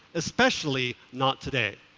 especially not today.